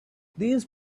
these